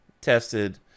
tested